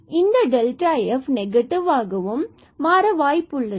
இது f நெகட்டிவ்வாகவும் மாற வாய்ப்பு உள்ளது